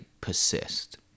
persist